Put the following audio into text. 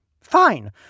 Fine